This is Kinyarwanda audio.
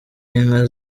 inka